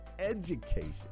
education